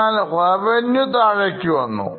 എന്നാൽറവന്യൂ താഴേക്ക് വന്നു